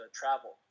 travel